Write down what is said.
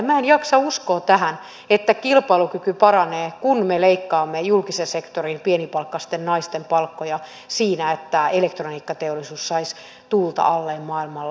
minä en jaksa uskoa tähän että kilpailukyky paranee kun me leikkaamme julkisen sektorin pienipalkkaisten naisten palkkoja että elektroniikkateollisuus saisi tuulta alleen maailmalla